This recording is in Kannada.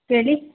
ಹೇಳಿ